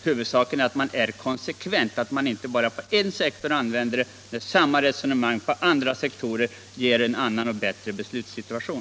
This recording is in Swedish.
Huvudsaken är att man är konsekvent och inte bara an vänder det på en sektor, om samma resonemang på andra sektorer ger en annan och bättre beslutssituation.